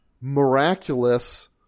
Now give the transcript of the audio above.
miraculous